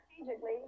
strategically